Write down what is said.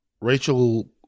Rachel